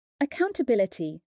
Accountability